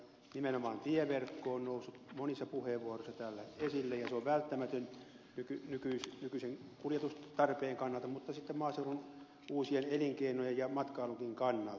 nimenomaan tieverkko on noussut monissa puheenvuoroissa täällä esille ja se on välttämätön nykyisen kuljetustarpeen kannalta mutta myös maaseudun uusien elinkeinojen ja matkailunkin kannalta